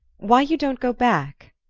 why you don't go back?